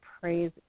praise